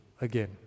again